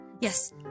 Yes